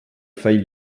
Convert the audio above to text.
faille